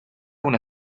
una